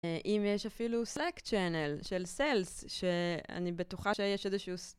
אם יש אפילו סלק צ'אנל של סלס שאני בטוחה שיש איזשהו סטייל